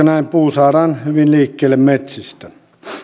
näin puu saadaan hyvin liikkeelle metsistä